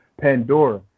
Pandora